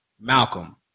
Malcolm